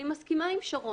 אני מסכימה עם שרון.